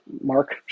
Mark